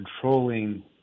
controlling